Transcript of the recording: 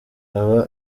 aba